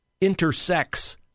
intersects